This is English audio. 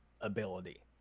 ability